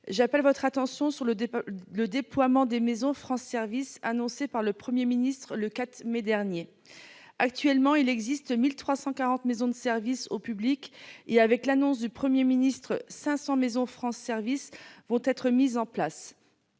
j'appelle votre attention sur le déploiement des maisons France services (MFS), annoncé par le Premier ministre le 4 mai dernier. Il existe aujourd'hui 1 340 maisons de services au public (MSAP). Avec l'annonce du Premier ministre, 500 maisons France services vont être mises en place-